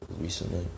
recently